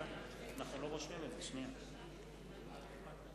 בעוד דקה ו-20 שניות, רבותי,